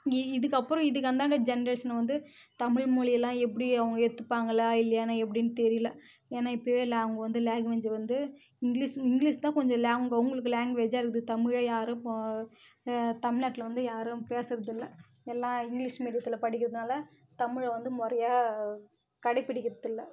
இதுக்கு அப்புறம் இதுக்கு அந்தாண்ட ஜென்ரேஷன் வந்து தமிழ்மொழியெலாம் எப்படி அவங்க ஏற்றுப்பாங்களா இல்லையான்னு எப்படின்னு தெரியல ஏன்னால் இப்பேயே இல்லை அவங்க வந்து லேங்குவேஜ் வந்து இங்கிலீஸ் இங்கிலீஸ் தான் கொஞ்சம் ல அவங்க அவங்களுக்கு லேங்குவேஜ்ஜாக இருக்குது தமிழை யாரும் இப்போ தமிழ்நாட்டில் வந்து யாரும் பேசுவது இல்லை எல்லாம் இங்கிலீஷ் மீடியத்தில் படிக்கிறதுனால் தமிழை வந்து முறையா கடைபிடிக்கிறது இல்லை